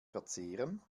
verzehren